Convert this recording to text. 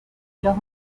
los